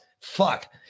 fuck